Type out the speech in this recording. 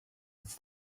its